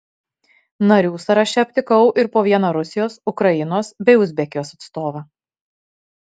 narių sąraše aptikau ir po vieną rusijos ukrainos bei uzbekijos atstovą